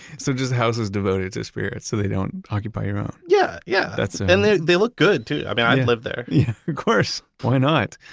so just houses devoted to spirits so they don't occupy your own? yeah, yeah that's and they they look good too. i'd lived there yeah. of course. why not?